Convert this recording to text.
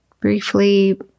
briefly